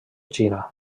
xina